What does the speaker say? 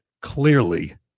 Clearly